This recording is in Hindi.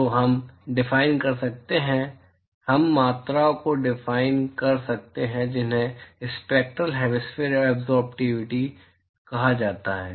तो हम डिफाइन कर सकते हैं हम मात्राओं को डिफाइन कर सकते हैं जिन्हें स्पैक्टरल हैमिस्फेरिकल एब्ज़ोर्बटिविटी कहा जाता है